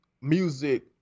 music